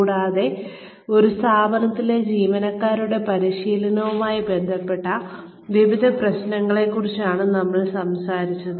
കൂടാതെ ഒരു സ്ഥാപനത്തിലെ ജീവനക്കാരുടെ പരിശീലനവുമായി ബന്ധപ്പെട്ട വിവിധ പ്രശ്നങ്ങളെക്കുറിച്ചാണ് നമ്മൾ സംസാരിച്ചത്